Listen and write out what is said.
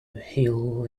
heal